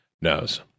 knows